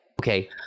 Okay